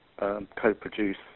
Co-produce